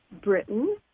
Britain